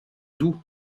doux